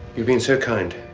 you've been so kind.